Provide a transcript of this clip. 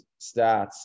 stats